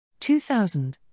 2000